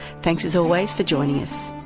thanks, as always, for joining us